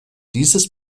dieses